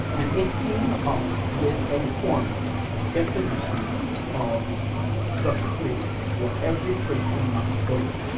and it came up with a formula, a definition of the creed, what every christian must believe,